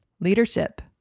leadership